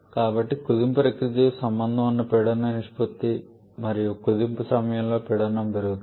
కాబట్టి కుదింపు ప్రక్రియతో సంబంధం ఉన్న పీడన నిష్పత్తి ఉంది మరియు కుదింపు సమయంలో పీడనం పెరుగుతుంది